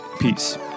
Peace